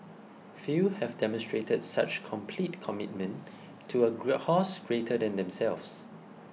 few have demonstrated such complete commitment to a great house greater than themselves